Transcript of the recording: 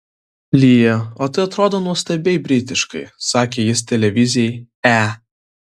lyja o tai atrodo nuostabiai britiškai sakė jis televizijai e